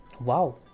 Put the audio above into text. Wow